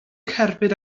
cerbyd